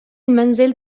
المنزل